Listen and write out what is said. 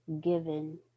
given